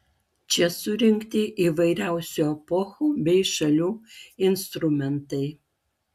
čia surinkti įvairiausių epochų bei šalių instrumentai